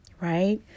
right